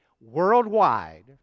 Worldwide